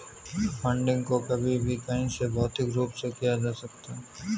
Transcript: funding को कभी भी कहीं भी भौतिक रूप से किया जा सकता है